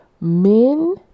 Men